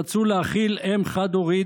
רצו להכיל אם חד-הורית,